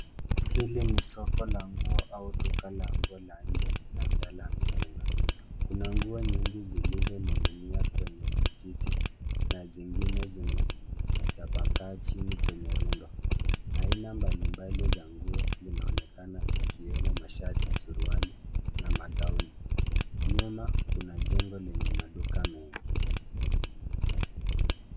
Hili ni soko la nguo au duka la nguo la nje labda la mitumba. Kuna nguo nyingi zilizo ning'inia kwenye vijiti na jingine zimetapakaa chini kwenye rundo. Aina mbalimbali za nguo zinaonekana ikiwemo mashati, suruali na magauni. Nyuma kuna jengo lenye maduka mengi.